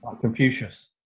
Confucius